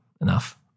enough